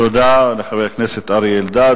תודה לחבר הכנסת אריה אלדד.